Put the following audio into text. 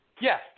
yes